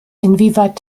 inwieweit